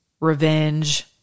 revenge